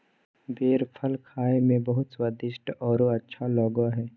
बेर फल खाए में बहुत स्वादिस्ट औरो अच्छा लगो हइ